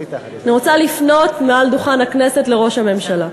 אני רוצה לפנות מעל דוכן הכנסת לראש הממשלה.